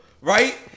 right